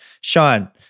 Sean